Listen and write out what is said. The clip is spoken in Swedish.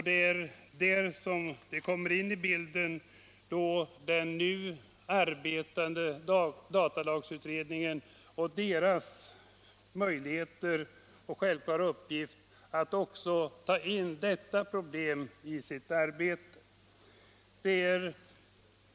Det är där den nu arbetande datalagsutredningen och dess möjligheter och självklara uppgift att också ta in detta problem i sitt arbete kommer in i bilden.